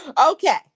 Okay